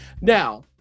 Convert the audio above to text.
Now